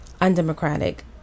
undemocratic